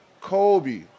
Kobe